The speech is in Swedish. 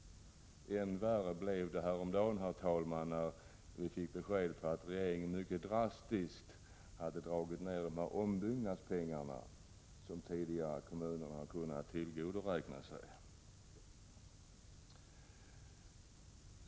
Än värre blev det häromdagen, när vi fick besked att regeringen mycket drastiskt har dragit ned de ombyggnadsbidrag som kommunerna tidigare har. kunnat tillgodoräkna sig.